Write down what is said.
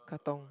Katong